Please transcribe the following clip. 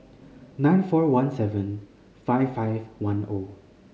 nine four one seven five five one O